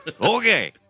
okay